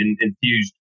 infused